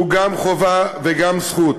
שהוא גם חובה וגם זכות.